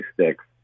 sticks